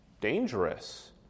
dangerous